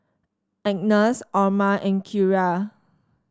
Agness Orma and Kierra